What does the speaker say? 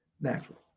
natural